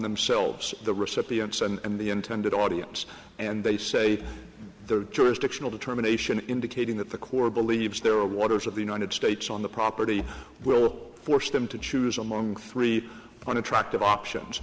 themselves the recipients and the intended audience and they say the jurisdictional determination indicating that the core believes there are waters of the united states on the property will force them to choose among three unattractive options